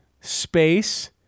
space